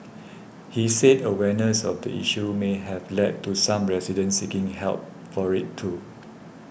he said awareness of the issue may have led to some residents seeking help for it too